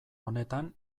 honetan